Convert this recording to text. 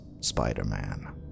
Spider-Man